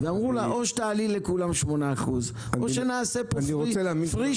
נאמר לשרה או שתעלה לכולם ב-8% או שיעשו פריש-מיש.